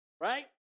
right